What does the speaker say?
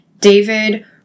David